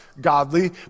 godly